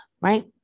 right